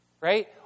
right